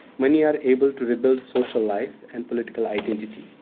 many are able to rebuild social life and political identity,